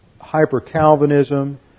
hyper-Calvinism